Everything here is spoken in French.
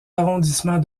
arrondissements